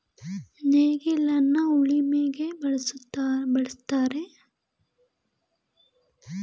ನೇಗಿಲನ್ನ ಉಳಿಮೆಗೆ ಬಳುಸ್ತರೆ, ನಾಡ ನೇಗಿಲನ್ನ ಮರದಿಂದ ಮಾಡಿರ್ತರೆ ಇದರಿಂದ ವಿ ಆಕಾರದಲ್ಲಿ ಸಾಲುಸಾಲಾಗಿ ಉಳುತ್ತರೆ